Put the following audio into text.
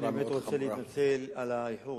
אני רוצה להתנצל על האיחור,